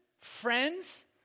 friends